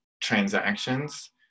transactions